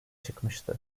çıkmıştı